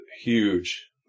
huge